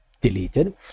deleted